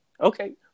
Okay